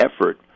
effort